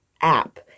app